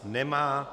Nemá.